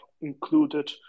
included